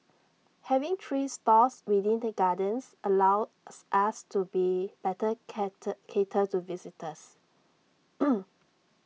having three stores within the gardens allows us to be better cater to visitors